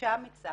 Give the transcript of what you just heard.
אישה אמיצה